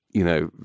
you know,